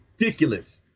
ridiculous